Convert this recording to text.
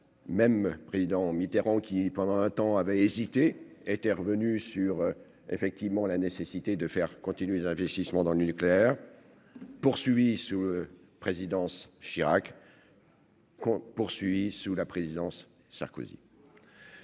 même président Mitterrand qui, pendant un temps avait hésité, était revenu sur effectivement la nécessité de faire continuer les investissements dans le nucléaire poursuivi sous présidence Chirac. Qu'on poursuit, sous la présidence Sarkozy.